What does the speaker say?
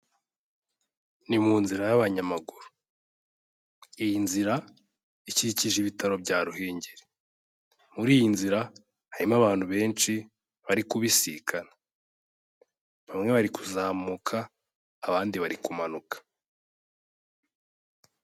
Ni mu nzira y'abanyamaguru. Iyi nzira, ikikije ibitaro bya Ruhengeri. Muri iyi nzira harimo abantu benshi, bari kubisikana. Bamwe bari kuzamuka, abandi bari kumanuka.